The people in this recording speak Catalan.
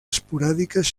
esporàdiques